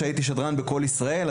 כשהייתי שדרן בקול ישראל,